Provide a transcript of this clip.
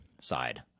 side